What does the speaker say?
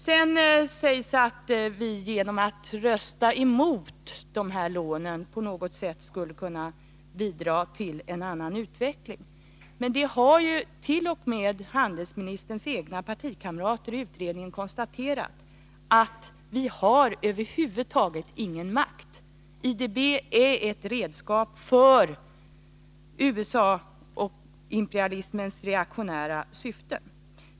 Sedan sägs att vi genom att rösta mot de här lånen på något sätt skulle Nr 127 kunna bidra till en annan utveckling. Men t.o.m. handelsministerns egna Torsdagen den partikamrater har ju i utredningen konstaterat att vi över huvud taget inte har 22 april 1982 någon makt. IDB är ett redskap för USA och imperialismens reaktionära syfte.